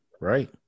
Right